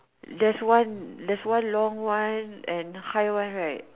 theres one long one and high one right